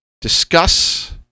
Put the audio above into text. discuss